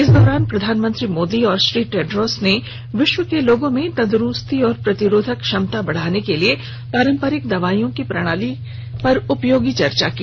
इस दौरान प्रधानमंत्री मोदी और श्री टेड्रोस ने विश्व के लोगों में तंदुरुस्ती और प्रतिरोधक क्षमता बढ़ाने के लिए पारंपरिक दवाईयों की प्रणाली पर उपयोगी चर्चा की